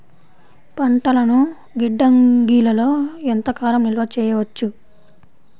పంటలను గిడ్డంగిలలో ఎంత కాలం నిలవ చెయ్యవచ్చు?